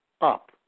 up